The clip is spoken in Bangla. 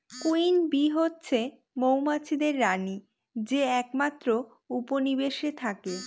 কুইন বী হচ্ছে মৌমাছিদের রানী যে একমাত্র উপনিবেশে থাকে